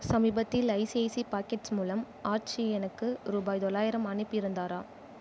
சமீபத்தில் ICICI Pockets மூலம் ஆச்சி எனக்கு ரூபாய் தொள்ளாயிரம் அனுப்பியிருந்தாரா